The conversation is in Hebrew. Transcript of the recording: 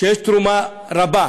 שיש תרומה רבה